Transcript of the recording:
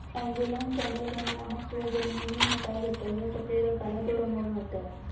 Angeln saddleback नामक सूअर Germany में पाया जाता है यह सफेद और काला दो रंगों में होता है